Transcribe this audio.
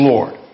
Lord